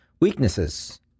Weaknesses